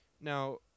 Now